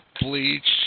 Bleach